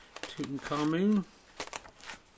Tutankhamun